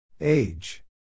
age